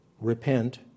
repent